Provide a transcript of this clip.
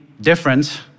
different